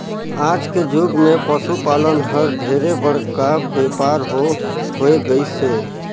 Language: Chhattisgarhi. आज के जुग मे पसु पालन हर ढेरे बड़का बेपार हो होय गईस हे